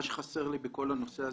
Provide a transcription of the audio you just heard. מה שחסר לי בכל הנושא הזה,